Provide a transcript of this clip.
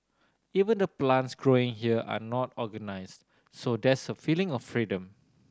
even the plants growing here are not organised so there's a feeling of freedom